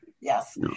Yes